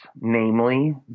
namely